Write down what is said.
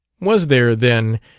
was there, then,